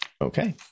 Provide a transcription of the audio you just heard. okay